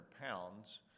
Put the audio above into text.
pounds